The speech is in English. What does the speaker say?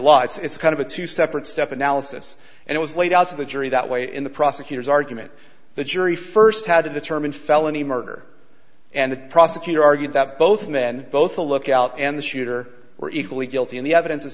law it's kind of a two separate step analysis and it was laid out to the jury that way in the prosecutor's argument the jury first had to determine felony murder and the prosecutor argued that both men both the lookout and the shooter were equally guilty and the evidence